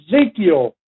Ezekiel